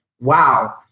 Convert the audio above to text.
wow